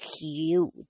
huge